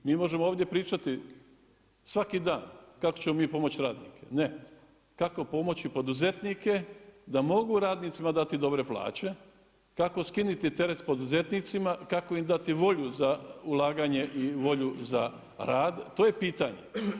Mi možemo ovdje pričati svaki dan kako ćemo mi pomoći radnicima, ne, kako pomoći poduzetnike da mogu radnicima dati dobre plaće, kako skinuti teret poduzetnicima i kako im dati volju za ulaganje i volju za rad, to je pitanje.